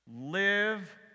live